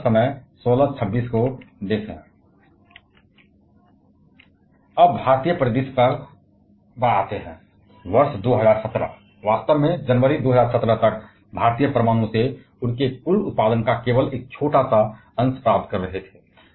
अब भारतीय परिदृश्य पर आते हैं वर्ष 2017 जनवरी 2017 तक वास्तव में भारतीय परमाणु से उनके कुल उत्पादन का केवल एक छोटा सा अंश प्राप्त कर रहे थे